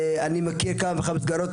אני מכיר כמה וכמה מסגרות,